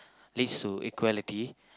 leads to equality